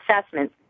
assessment